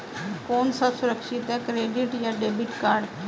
कौन सा सुरक्षित है क्रेडिट या डेबिट कार्ड?